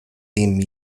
dem